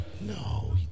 No